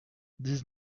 dix